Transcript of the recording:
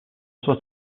sua